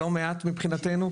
זה לא מעט מבחינתנו.